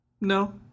no